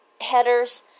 headers